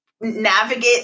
navigate